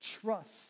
trust